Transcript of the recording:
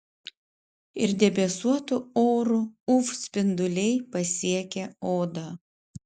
ir debesuotu oru uv spinduliai pasiekia odą